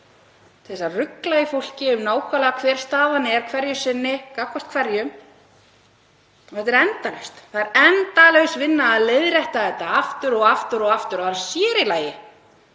til þess að rugla í fólki um nákvæmlega hver staðan er hverju sinni gagnvart hverjum. Þetta er endalaust. Það er endalaus vinna að leiðrétta þetta aftur og aftur og sér í lagi